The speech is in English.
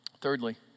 thirdly